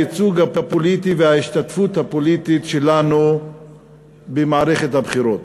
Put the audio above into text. הייצוג הפוליטי וההשתתפות הפוליטית שלנו במערכת הבחירות,